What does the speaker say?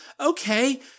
Okay